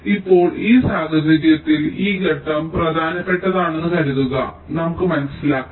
ഇപ്പോൾ ഈ സാഹചര്യത്തിൽ ഈ ഘട്ടം പ്രധാനപ്പെട്ടതാണെന്ന് കരുതുക നമുക്ക് മനസ്സിലാക്കാം